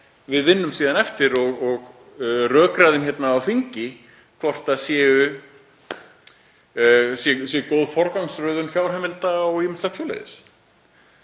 við vinnum síðan eftir og rökræðum hérna á þingi hvort sé góð forgangsröðun fjárheimilda og ýmislegt